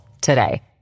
today